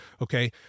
Okay